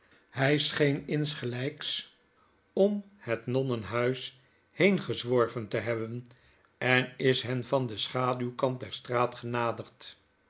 hij scheen insgelyks om het nonnenbuis heen gezworven te nebben en is hen van den schaduwkant der straat genaderd